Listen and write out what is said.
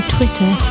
Twitter